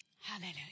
Hallelujah